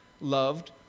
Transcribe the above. loved